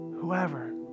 Whoever